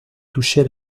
toucher